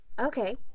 Okay